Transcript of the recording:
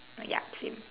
uh yup same